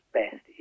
best